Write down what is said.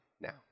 now